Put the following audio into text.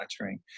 monitoring